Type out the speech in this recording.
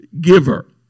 giver